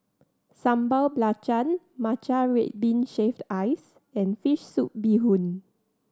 Sambal Belacan matcha red bean shaved ice and fish soup bee hoon